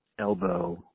elbow